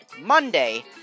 Monday